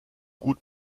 gut